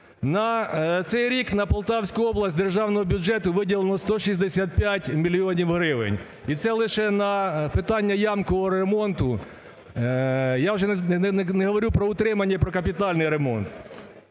На цей рік на Полтавську область державного бюджету виділено 165 мільйонів гривень, і це лише на питання ямкового ремонту. Я вже не говорю про утримання і про капітальний ремонт.